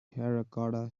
terracotta